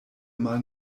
mal